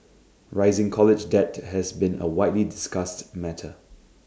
rising college debt has been A widely discussed matter